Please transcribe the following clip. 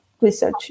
research